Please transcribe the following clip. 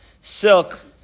silk